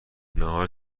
نهار